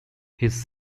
his